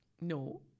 no